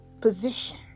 position